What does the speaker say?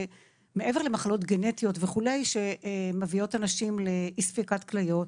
מעבר למחלות גנטיות וכולי שמביאות אנשים לאי ספיקת כליות.